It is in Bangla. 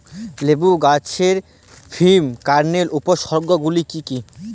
লেবু গাছে লীফকার্লের উপসর্গ গুলি কি কী?